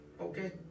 Okay